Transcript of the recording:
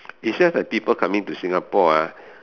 is just like people coming to Singapore ah